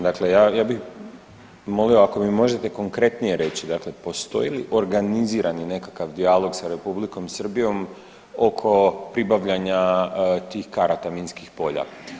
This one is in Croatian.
Dakle, ja, ja bih molio ako mi možete konkretnije reći, dakle postoji li organizirani nekakav dijalog sa Republikom Srbijom oko pribavljanja tih karata minskih polja?